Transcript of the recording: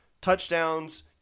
touchdowns